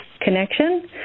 connection